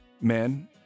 men